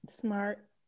Smart